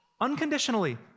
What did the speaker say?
unconditionally